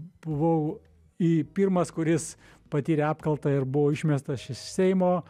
buvau į pirmas kuris patyrė apkaltą ir buvo išmestas iš seimo